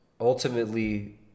Ultimately